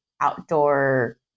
outdoor